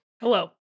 Hello